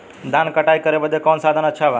धान क कटाई करे बदे कवन साधन अच्छा बा?